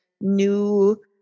new